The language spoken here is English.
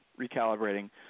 recalibrating